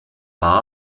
war